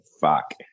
fuck